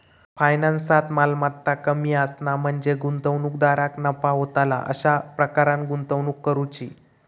फायनान्सात, मालमत्ता कमी असणा म्हणजे गुंतवणूकदाराक नफा होतला अशा प्रकारान गुंतवणूक करुची